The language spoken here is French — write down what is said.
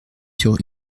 sur